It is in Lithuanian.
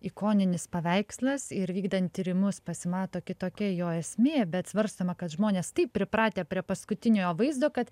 ikoninis paveikslas ir vykdant tyrimus pasimato kitokia jo esmė bet svarstoma kad žmonės taip pripratę prie paskutiniojo vaizdo kad